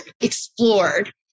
explored